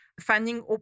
finding